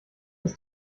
ist